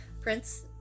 Prince